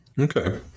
Okay